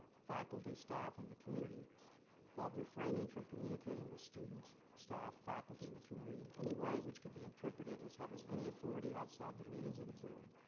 faculty, staff and the community while refraining from communicating with students, staff, faculty and the community in any way which could be interpreted as having any authority outside the meetings of the board.